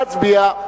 נא להצביע.